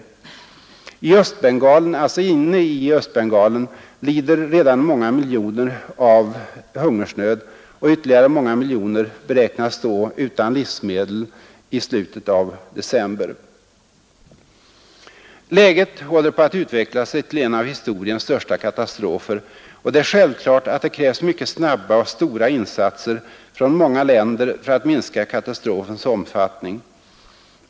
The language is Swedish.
Inne i Östbengalen lider redan många miljoner av hungersnöd, och ytterligare många miljoner beräknas stå utan livsmedel i slutet av december. Läget håller på att utveckla sig till en av historiens största katastrofer, och det är självklart att det krävs mycket snabba och stora insatser från många länder för att minska katastrofens omfattning.